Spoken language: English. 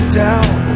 down